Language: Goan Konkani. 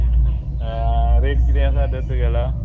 रेट किदें आसा तर तुगेलो